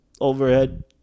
overhead